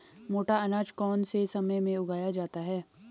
मोटा अनाज कौन से समय में उगाया जाता है?